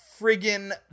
friggin